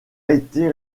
été